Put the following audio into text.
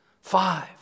five